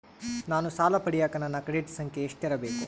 ನಾನು ಸಾಲ ಪಡಿಯಕ ನನ್ನ ಕ್ರೆಡಿಟ್ ಸಂಖ್ಯೆ ಎಷ್ಟಿರಬೇಕು?